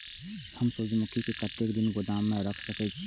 हम सूर्यमुखी के कतेक दिन गोदाम में रख सके छिए?